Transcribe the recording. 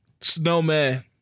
Snowman